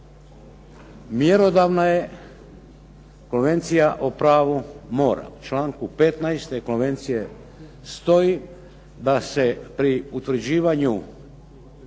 Mjerodavna je Konvencija o pravu mora. U članku 15. te Konvencije stoji da se pri utvrđivanju